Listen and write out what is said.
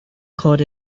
called